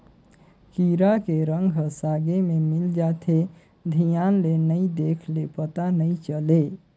कीरा के रंग ह सागे में मिल जाथे, धियान ले नइ देख ले पता नइ चले